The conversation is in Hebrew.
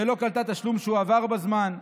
שלא קלטה תשלום שהועבר בזמן.